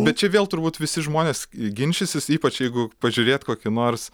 bet čia vėl turbūt visi žmonės ginčysis ypač jeigu pažiūrėt kokį nors